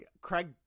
Craig